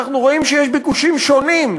אנחנו רואים שיש ביקושים שונים,